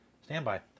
Standby